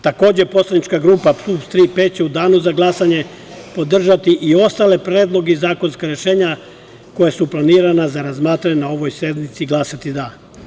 Takođe, Poslanička grupa PUPS „Tri P“ će u danu za glasanje podržati i ostale predloge i zakonska rešenja koja su planirana za razmatranje na ovoj sednici i glasati za.